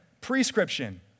prescription